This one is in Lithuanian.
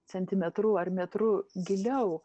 centimetru ar metru giliau